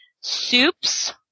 soups